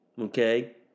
Okay